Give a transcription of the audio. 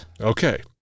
Okay